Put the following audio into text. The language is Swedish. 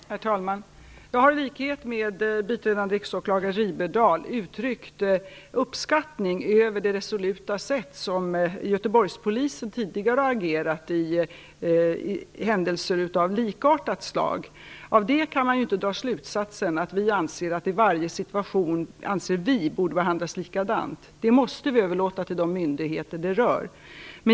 Herr talman! Jag har i likhet med biträdande riksåklagaren Riberdahl uttryckt uppskattning över det resoluta sätt Göteborgspolisen tidigare har agerat på vid händelser av likartat slag. Av det kan man inte dra slutsatsen att vi anser att man i varje situation borde handla likadant. Det måste vi överlåta på de myndigheter det rör.